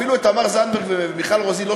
אפילו את תמר זנדברג ומיכל רוזין לא